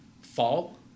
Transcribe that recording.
fall